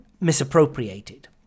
misappropriated